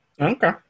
Okay